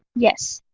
yes,